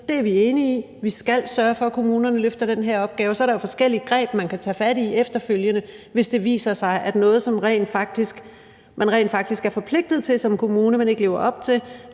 Det er vi enige i; vi skal sørge for, at kommunerne løfter den her opgave. Så er der jo forskellige greb, man kan tage fat i efterfølgende, hvis det viser sig, at noget, man som kommune rent faktisk er forpligtet til at leve op til,